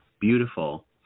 Beautiful